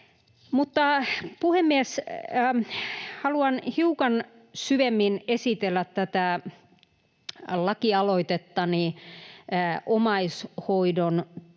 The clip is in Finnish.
Puhemies! Haluan hiukan syvemmin esitellä lakialoitettani omaishoidon tuen